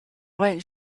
went